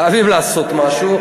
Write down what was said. חייבים לעשות משהו.